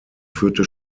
führte